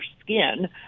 skin